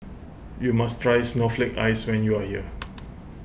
you must try Snowflake Ice when you are here